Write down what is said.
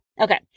Okay